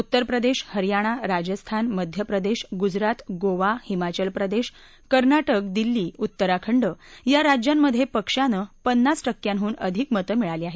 उत्तरप्रदेश हरयाणा राजस्थान मध्यप्रदेश गुजरात गोवा हिमाचल प्रदेश कर्नाटक दिल्ली उत्तराखंड या राज्यांमधे पक्षानं पन्नास टक्केहून अधिक मते मिळाली आहेत